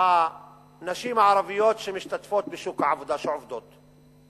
הנשים הערביות שמשתתפות בשוק העבודה, שעובדות.